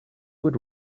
would